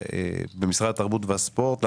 כבוד שר התרבות והספורט מיקי מכלוף